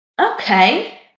Okay